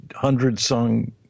hundred-song